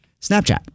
Snapchat